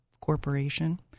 corporation